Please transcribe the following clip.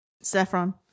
Saffron